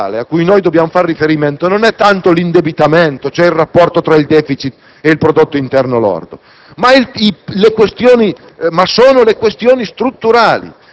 Essi sanno bene che il problema principale a cui noi dobbiamo fare riferimento non è tanto l'indebitamento, cioè il rapporto tra il *deficit* e il prodotto interno lordo,